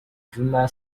djuma